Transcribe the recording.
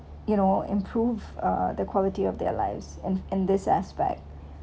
you know improve uh the quality of their lives and in this aspect